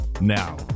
Now